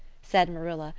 said marilla,